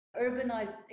urbanized